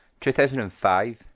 2005